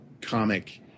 comic